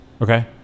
Okay